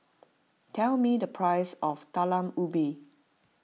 tell me the price of Talam Ubi